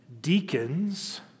deacons